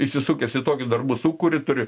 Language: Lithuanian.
įsisukęs į tokį darbų sūkurį turi